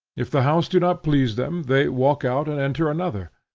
if the house do not please them, they walk out and enter another,